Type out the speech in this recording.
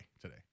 today